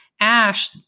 Ash